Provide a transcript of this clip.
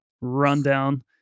rundown